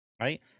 right